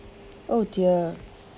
oh dear